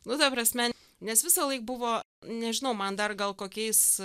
nu ta prasme nes visąlaik buvo nežinau man dar gal kokiais